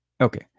Okay